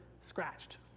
scratched